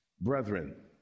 Brethren